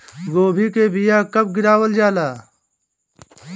गोभी के बीया कब गिरावल जाला?